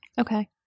Okay